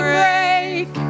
break